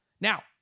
Now